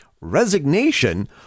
resignation